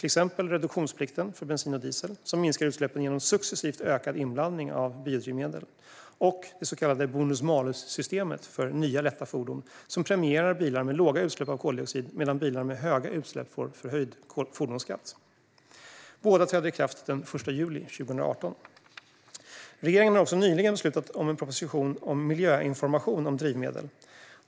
Exempel är reduktionsplikten för bensin och diesel, som minskar utsläppen genom successivt ökad inblandning av biodrivmedel, och det så kallade bonus-malus-systemet för nya lätta fordon. Det premierar bilar med låga utsläpp av koldioxid, medan bilar med höga utsläpp får förhöjd fordonsskatt. Båda träder i kraft den 1 juli 2018. Regeringen har också nyligen beslutat om en proposition om miljöinformation om drivmedel.